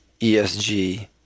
ESG